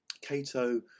Cato